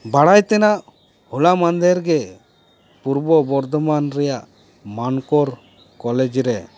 ᱵᱟᱲᱟᱭ ᱛᱮᱱᱟᱜ ᱦᱚᱞᱟ ᱢᱟᱱᱫᱷᱮᱨ ᱜᱮ ᱯᱩᱨᱵᱚᱵᱚᱨᱫᱷᱚᱢᱟᱱ ᱨᱮᱭᱟ ᱢᱟᱱᱠᱚᱨ ᱠᱚᱞᱮᱡᱽ ᱨᱮ